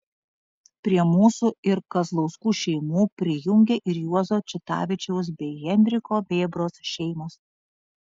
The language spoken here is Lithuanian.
prie mūsų ir kazlauskų šeimų prijungė ir juozo čitavičiaus bei henriko vėbros šeimos